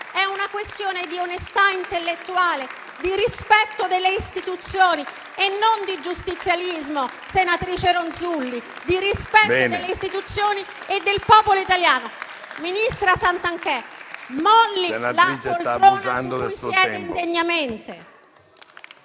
È una questione di onestà intellettuale, di rispetto delle istituzioni. Non è giustizialismo, senatrice Ronzulli, ma è rispetto delle istituzioni e del popolo italiano. Ministro Santanchè, molli la poltrona su cui siede indegnamente!